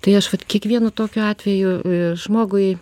tai aš vat kiekvienu tokiu atveju žmogui